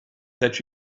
that